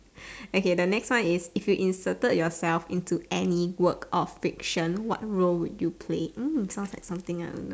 okay the next one is if you inserted yourself into any work of fiction what role would you play mm sounds like something I would know